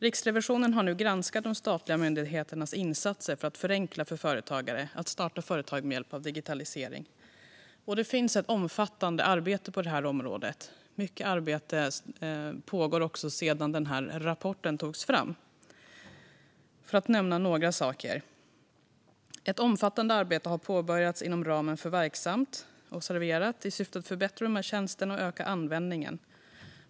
Riksrevisionen har nu granskat de statliga myndigheternas insatser för att förenkla för företagare att starta företag med hjälp av digitalisering. Det bedrivs ett omfattande arbete på området. Mycket arbete pågår också sedan rapporten togs fram. Låt mig nämna några saker: Ett omfattande arbete har påbörjats inom ramen för verksamt.se och programmet Serverat i syfte att förbättra tjänsterna och öka användningen.